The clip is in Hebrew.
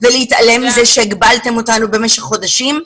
ולהתעלם מזה שהגבלתם אותנו במשך חודשים.